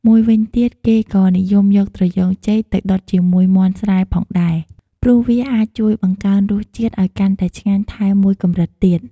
មួយវិញទៀត គេក៏និយមយកត្រយូងចេកទៅដុតជាមួយមាន់ស្រែផងដែរ ព្រោះវាអាចជួយបង្កើនរសជាតិឱ្យកាន់តែឆ្ងាញ់ថែមមួយកម្រិតទៀត។